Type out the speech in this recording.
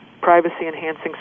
privacy-enhancing